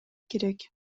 керек